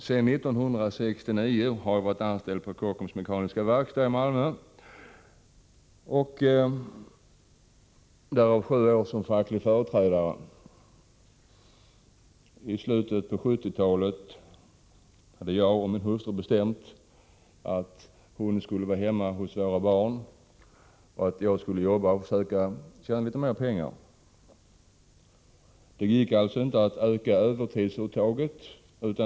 Sedan 1969 har jag varit anställd på Kockums Mekaniska Verkstad i Malmö. 7 av dessa 15 år har jag varit facklig företrädare. I slutet på 1970-talet hade jag och min hustru bestämt att hon skulle vara hemma hos våra barn och att jag skulle jobba och försöka tjäna litet mer pengar. Det gick inte att öka övertidsuttaget.